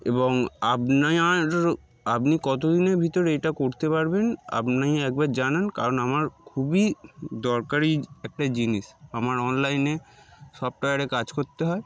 এবং আপন আর আপনি কত দিনের ভিতরে এটা করতে পারবেন আপনি একবার জানান কারণ আমার খুবই দরকারি একটা জিনিস আমার অনলাইনে সফটওয়্যারে কাজ করতে হয়